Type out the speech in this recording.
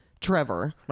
Trevor